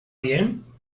bien